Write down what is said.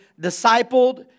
discipled